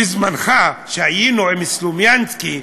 בזמנו, כשהיינו עם סלומינסקי,